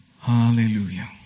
Hallelujah